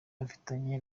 afitanye